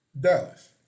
Dallas